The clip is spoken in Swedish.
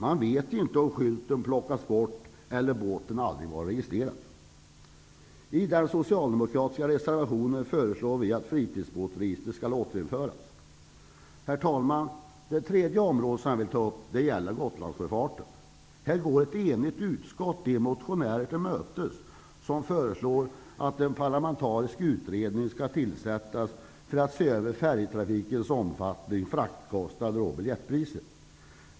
Man vet inte om skylten plockats bort eller om båten aldrig har varit registrerad. I den socialdemokratiska reservationen föreslår vi att fritidsbåtsregistret skall återinföras. Herr talman! Det tredje området som jag vill ta upp gäller Gotlandssjöfarten. Ett enigt utskott går de motionärer till mötes som föreslår att en parlamentarisk utredning skall tillsättas för att se över färjetrafikens omfattning, fraktkostnader och biljettpriser.